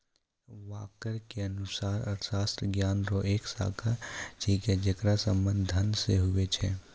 walker के अनुसार अर्थशास्त्र ज्ञान रो एक शाखा छिकै जेकर संबंध धन से हुवै छै